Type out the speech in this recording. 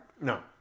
No